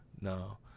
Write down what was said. No